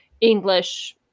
English